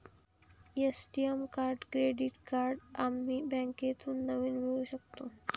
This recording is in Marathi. ए.टी.एम कार्ड क्रेडिट कार्ड आम्ही बँकेतून नवीन मिळवू शकतो